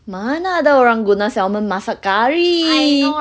mana ada orang guna salmon masak curry